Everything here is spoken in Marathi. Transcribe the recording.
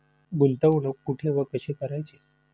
गुंतवणूक कुठे व कशी करायची?